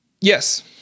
Yes